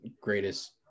greatest